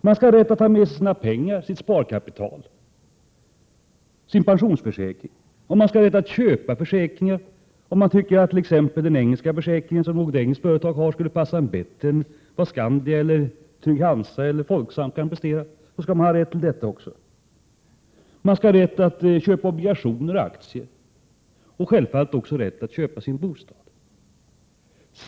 Man skall ha rätt att ta med sig sina pengar, sitt sparkapital, sin pensionsförsäkring. Man skall ha rätt att köpa försäkringar. Om man t.ex. tycker att en försäkring från ett engelskt företag skulle passa en bättre än vad Skandia, Trygg-Hansa eller Folksam kan prestera, då skall man ha rätt att teckna en sådan också. Man skall ha rätt att köpa obligationer och aktier och självfallet också rätt att köpa sin bostad.